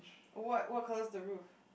what what colour is the roof